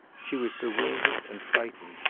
she was bewildered and frightened.